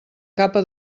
capa